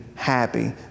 Happy